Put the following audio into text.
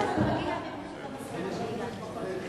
חברת הכנסת חנין זועבי.